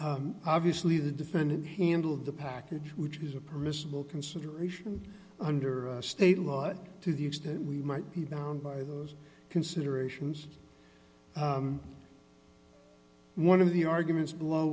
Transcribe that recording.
obviously the defendant handled the package which is a permissible consideration under state law but to the extent we might be bound by those considerations one of the arguments below